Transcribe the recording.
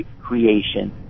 creation